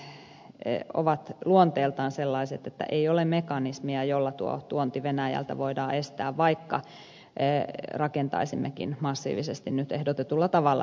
avoimet sähkömarkkinat ovat luonteeltaan sellaiset että ei ole mekanismia jolla tuo tuonti venäjältä voidaan estää vaikka rakentaisimmekin massiivisesti nyt ehdotetulla tavalla lisää ydinvoimaa